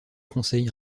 conseil